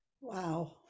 Wow